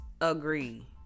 agree